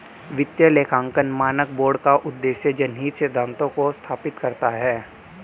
वित्तीय लेखांकन मानक बोर्ड का उद्देश्य जनहित सिद्धांतों को स्थापित करना है